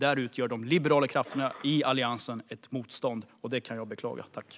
Här utgör de liberala krafterna i Alliansen ett hinder, och det beklagar jag.